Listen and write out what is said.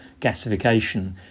gasification